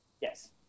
Yes